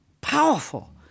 powerful